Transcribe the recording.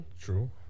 True